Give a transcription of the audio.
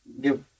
give